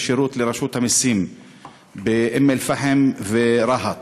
שירות של רשות המסים באום אלפחם וברהט.